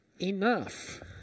enough